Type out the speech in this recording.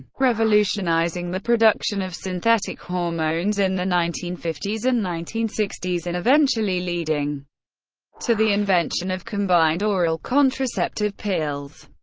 revolutionizing the production of synthetic hormones in the nineteen fifty s and nineteen sixty s and eventually leading to the invention of combined oral contraceptive pills.